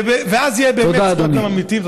ואז יהיו באמת זכויות אדם אמיתיות.